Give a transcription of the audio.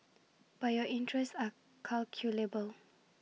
but your interests are calculable